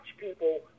people